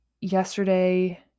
yesterday